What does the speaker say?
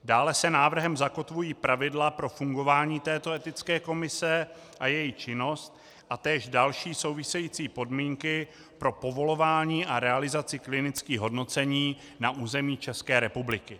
Dále se návrhem zakotvují pravidla pro fungování této etické komise a její činnost a též další související podmínky pro povolování a realizaci klinických hodnocení na území České republiky.